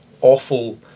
awful